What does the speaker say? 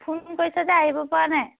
phone কৰিছ যে আহিব পৰা নাই